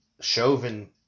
Chauvin